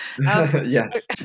Yes